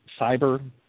Cyber